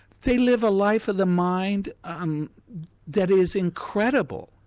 they live a life of the mind um that is incredible.